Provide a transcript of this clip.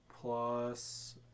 plus